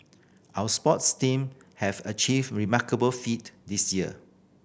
our sports team have achieved remarkable feat this year